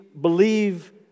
believe